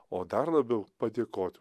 o dar labiau padėkot